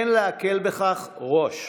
אין להקל בכך ראש.